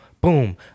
boom